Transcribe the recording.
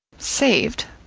saved?